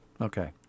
Okay